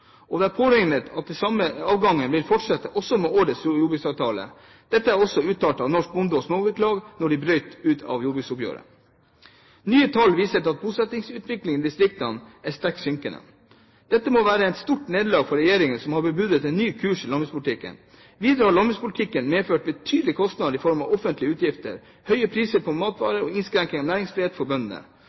og det er påregnet at den samme avgangen vil fortsette også med årets jordbruksavtale. Dette er også uttalt av Norsk Bonde- og Småbrukarlag da de brøt ut av jordbruksoppgjøret. Nye tall for bosettingsutviklingen i distriktene viser en sterkt synkende tendens. Dette må være et stort nederlag for regjeringen, som har bebudet en ny kurs i landbrukspolitikken. Videre har landbrukspolitikken medført betydelige kostnader i form av offentlige utgifter, høye priser på matvarer og innskrenket næringsfrihet for bøndene.